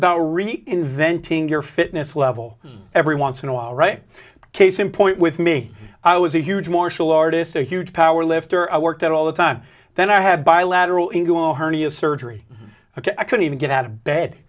about reinventing your fitness level every once in a while right case in point with me i was a huge martial artist a huge power lifter i worked out all the time then i had bilateral ingall hernia surgery ok i couldn't even get out of bed